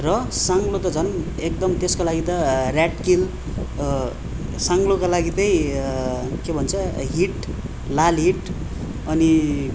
र साङ्लो त झन एकदम त्यसको लागि त ऱ्याट किल साङ्लोको लागि त्यै के भन्छ हिट लालहिट अनि